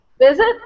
Visit